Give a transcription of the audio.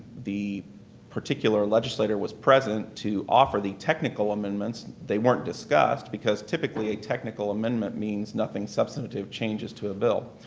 the particular legislator was present to offer the technical amendments. they weren't discussed because typically a technical amendment means nothing substantive changes to a bill.